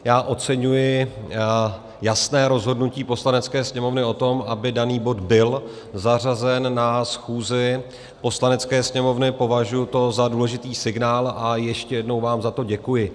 Já oceňuji jasné rozhodnutí Poslanecké sněmovny o tom, aby daný bod byl zařazen na schůzi Poslanecké sněmovny, považuji to za důležitý signál a ještě jednou vám za to děkuji.